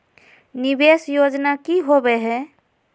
निवेस योजना की होवे है?